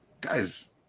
Guys